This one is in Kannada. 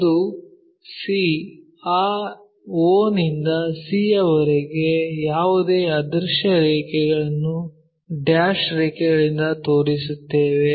ಅದು c ಆ o ನಿಂದ c ವರೆಗೆ ಯಾವುದೇ ಅದೃಶ್ಯ ರೇಖೆಯನ್ನು ಡ್ಯಾಶ್ ರೇಖೆಗಳಿಂದ ತೋರಿಸುತ್ತೇವೆ